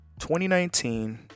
2019